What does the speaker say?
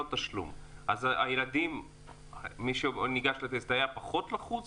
מי שהיה ניגש לטסט היה פחות לחוץ?